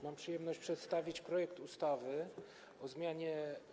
Mam przyjemność przedstawić projekt ustawy o zmianie